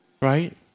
right